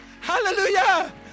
Hallelujah